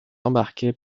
embarqués